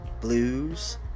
Blues